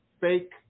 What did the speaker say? fake